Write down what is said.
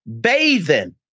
bathing